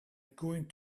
going